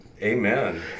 Amen